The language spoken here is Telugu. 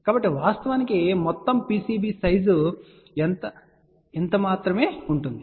కాబట్టి వాస్తవానికి మొత్తం PCB సైజ్ ఇప్పుడు ఇంత మాత్రమే ఉంటుంది